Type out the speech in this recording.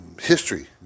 history